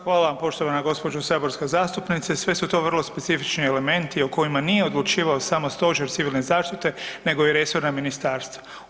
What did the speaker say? Hvala vam poštovana gospođo saborska zastupnice, sve su to vrlo specifični elementi o kojima nije odlučivao samo Stožer civilne zaštite nego i resorna ministarstva.